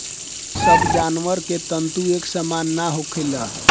सब जानवर के तंतु एक सामान ना होखेला